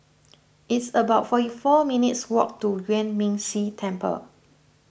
it's about forty four minutes' walk to Yuan Ming Si Temple